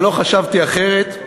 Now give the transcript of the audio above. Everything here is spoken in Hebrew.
אני לא חשבתי אחרת,